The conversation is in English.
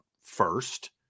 first